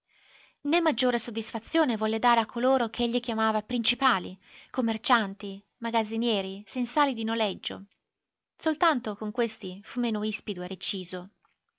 né maggiore soddisfazione volle dare a coloro che egli chiamava principali commercianti magazzinieri sensali di noleggio soltanto con questi fu meno ispido e reciso